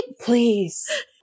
Please